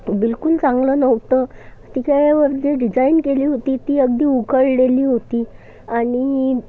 बिलकुल चांगलं नव्हतं तिच्यावर जे डिझाइन केली होती ती अगदी उकललेली होती आणि